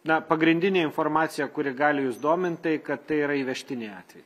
na pagrindinė informacija kuri gali jus domint tai kad tai yra įvežtiniai atvejai